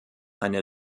eine